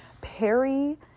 Perry